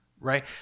right